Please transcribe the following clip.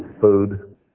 food